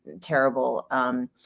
terrible